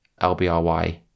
LBRY